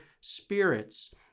spirits